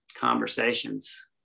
conversations